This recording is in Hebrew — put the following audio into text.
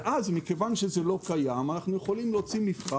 מכיוון שזה לא קיים אנחנו יכולים להוציא מפרט